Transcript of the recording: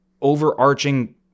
overarching